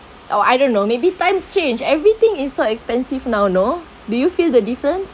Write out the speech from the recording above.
oh I don't know maybe times changed everything is so expensive now you know do you feel the difference